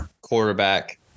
quarterback –